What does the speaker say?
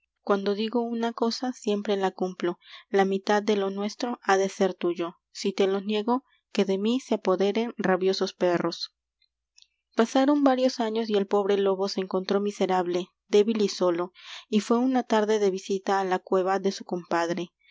cuando digo una cosa siempre la cumplo la mitad de lo nuestro ha de ser tuyo si te lo niego que de mí se apoderen rabiosos perros pasaron varios años y el pobre lobo se encontró miserable débil y solo y fué una tarde de visita á la cueva de su compadre